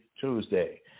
Tuesday